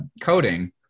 coding